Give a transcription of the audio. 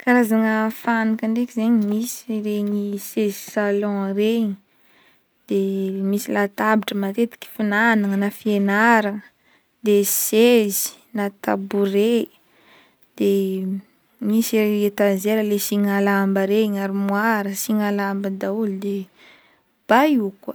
Karazagna fanaka ndraiky zegny misy regny seza salon regny, de misy latabatra matetika finagnana na fianaragna, de sezy na tabouret, de misy etagera le asigna lamba regny armoira asigna lamba daholy de bahut koa.